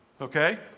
Okay